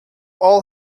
all